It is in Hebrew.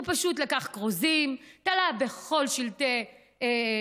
הוא פשוט לקח כרוזים ותלה בכל העיר